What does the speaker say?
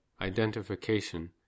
identification